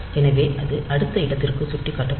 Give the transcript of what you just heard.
எனவே அது அடுத்த இடத்திற்கு சுட்டிக்காட்டப்படும்